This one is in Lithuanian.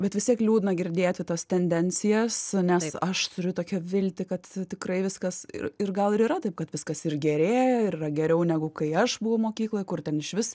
bet vis tiek liūdna girdėti tas tendencijas nes aš turiu tokią viltį kad tikrai viskas ir ir gal ir yra taip kad viskas ir gerėja ir yra geriau negu kai aš buvau mokykloj kur ten išvis